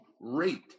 rate